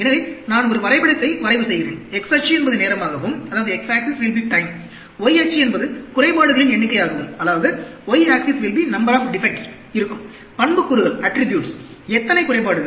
எனவே நான் ஒரு வரைபடத்தை வரைவு செய்கிறேன் x அச்சு என்பது நேரமாகவும் y அச்சு என்பது குறைபாடுகளின் எண்ணிக்கையாகவும் இருக்கும் பண்புக்கூறுகள் எத்தனை குறைபாடுகள்